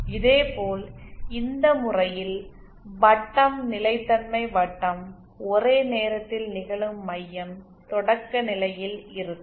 இதேபோல் இந்த முறையில் வட்டம் நிலைத்தன்மை வட்டம் ஒரே நேரத்தில் நிகழும் மையம் தொடக்கநிலை ல் இருக்கும்